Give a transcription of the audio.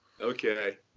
Okay